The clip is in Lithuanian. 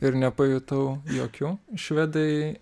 ir nepajutau jokių švedai